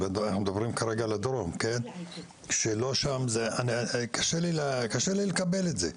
אנחנו מדברים כרגע על הדרום קשה לי לקבל את זה.